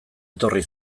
etorri